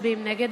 מצביעים נגד,